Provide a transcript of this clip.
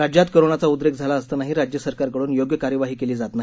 राज्यात कोरोनाचा उद्रेक झाला असतानाही राज्य सरकारकडून योग्य कार्यवाही केली जात नाही